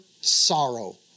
sorrow